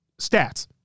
Stats